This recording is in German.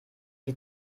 die